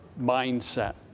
mindset